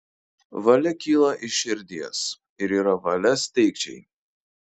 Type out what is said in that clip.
valia kyla iš širdies ir yra valia steigčiai